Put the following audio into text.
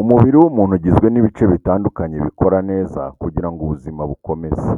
Umubiri w’umuntu ugizwe n’ibice bitandukanye bikora neza kugira ngo ubuzima bukomeze.